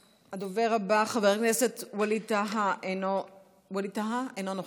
הבא, ווליד טאהא, אינו נוכח,